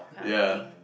yeah